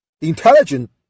intelligent